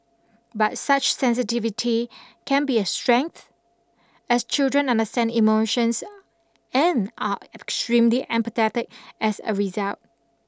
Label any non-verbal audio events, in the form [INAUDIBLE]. but such sensitivity can be a strength as children understand emotions [NOISE] and are extremely empathetic as a result